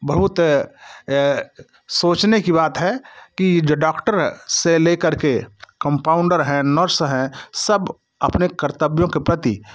बहुत सोचने की बात है कि जो डॉक्टर से लेकर के कंपाउंडर हैं नर्स हैं सब अपने कर्तव्यों के प्रति